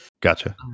Gotcha